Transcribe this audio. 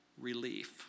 Relief